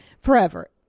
forever